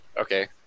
okay